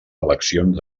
eleccions